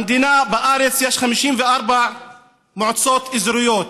במדינה, בארץ, יש 54 מועצות אזוריות.